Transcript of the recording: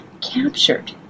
captured